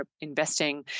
investing